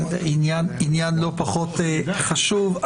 עניין לא פחות חשוב.